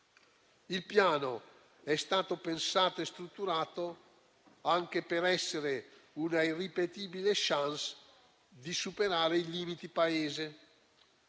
Il Piano è stato pensato e strutturato anche per essere un'irripetibile *chance* di superare i limiti Paese: